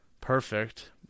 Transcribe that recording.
perfect